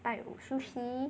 拜五休息